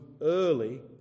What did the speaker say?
early